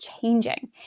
changing